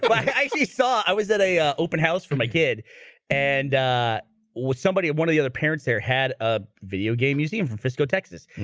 i saw i was at a open house for my kid and with somebody one of the other parents there had a video game museum from frisco, texas,